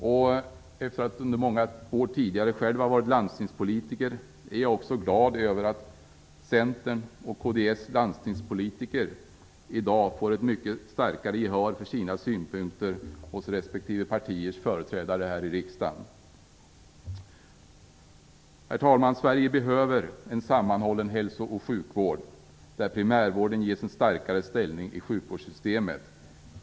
Efter att tidigare under många år själv ha varit landstingspolitiker är jag också glad över att Centerns och kds landstingspolitiker i dag får ett mycket starkare gehör för sina synpunkter hos respektive partiers företrädare här i riksdagen. Herr talman! Sverige behöver en sammanhållen hälso och sjukvård, där primärvården ges en starkare ställning i sjukvårdssystemet.